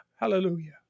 Hallelujah